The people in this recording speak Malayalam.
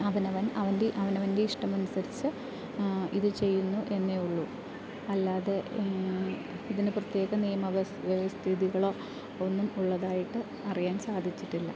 അവനവൻ അവൻ്റെ അവനവൻ്റെ ഇഷ്ടമനുസരിച്ച് ഇത് ചെയ്യുന്നു എന്നേ ഉള്ളു അല്ലാതെ ഇതിന് പ്രത്യേക നിയമവസ് വ്യവസ്ഥകളോ ഒന്നും ഉള്ളതായിട്ട് അറിയാൻ സാധിച്ചിട്ടില്ല